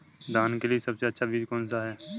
धान के लिए सबसे अच्छा बीज कौन सा है?